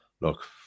look